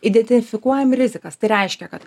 identifikuojam rizikas tai reiškia kad